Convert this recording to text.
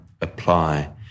apply